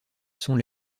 sont